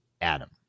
Adam